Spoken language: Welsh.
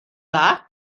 dda